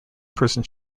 person